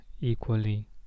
equally